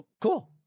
Cool